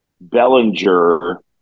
Bellinger